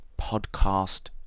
podcast